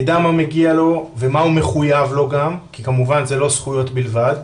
יידע מה מגיע לו ומה הוא מחוייב לו גם כי כמובן זה לא זכויות בלבד.